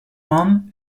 one